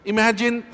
Imagine